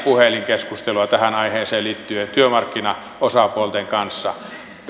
puhelinkeskustelua tähän aiheeseen liittyen työmarkkinaosapuolten kanssa